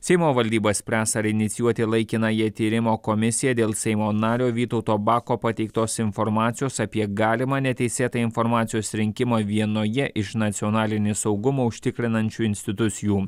seimo valdyba spręs ar inicijuoti laikinąją tyrimo komisiją dėl seimo nario vytauto bako pateiktos informacijos apie galimą neteisėtą informacijos rinkimą vienoje iš nacionalinį saugumą užtikrinančių institucijų